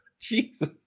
Jesus